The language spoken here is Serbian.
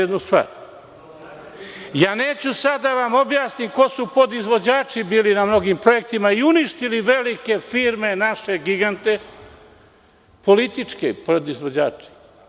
Neću sada da vam objasnim ko su podizvođači bili na mnogim projektima i uništili velike firme, naše gigante, politički podizvođači.